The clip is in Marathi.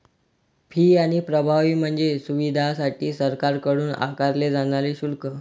फी आणि प्रभावी म्हणजे सुविधांसाठी सरकारकडून आकारले जाणारे शुल्क